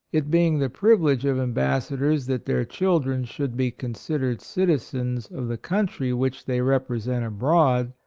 it being the privilege of ambassadors that their children should be con sidered citizens of the country which they represent abroad,